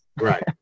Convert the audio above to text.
Right